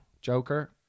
Joker